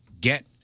get